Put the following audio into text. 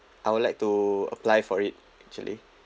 I would like to apply for it actually